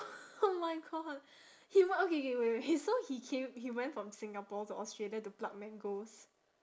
oh my god he what okay K wait wait so he came he went from singapore to australia to pluck mangoes